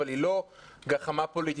אבל היא לא גחמה פוליטית.